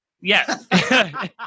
Yes